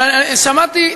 אבל שמעתי,